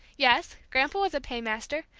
yes, grandpa was a paymaster.